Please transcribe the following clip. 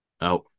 out